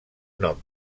nom